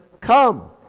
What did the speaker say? come